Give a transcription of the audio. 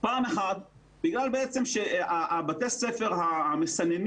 פעם אחת בגלל שבתי הספר המסננים,